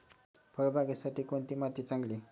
फळबागेसाठी कोणती माती चांगली?